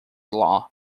law